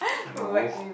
no